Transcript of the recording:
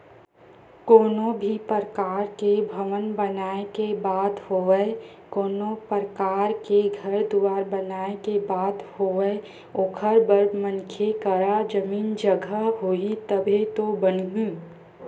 कोनो भी परकार के भवन बनाए के बात होवय कोनो परकार के घर दुवार बनाए के बात होवय ओखर बर मनखे करा जमीन जघा होही तभे तो बनही